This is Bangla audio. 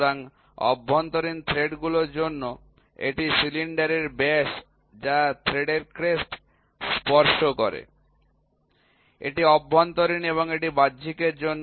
সুতরাং অভ্যন্তরীণ থ্রেড গুলোর জন্য এটি সিলিন্ডারের ব্যাস যা থ্রেডের ক্রেস্ট স্পর্শ করে এটি অভ্যন্তরীণ এবং এটি বাহ্যিক এর জন্য